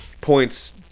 points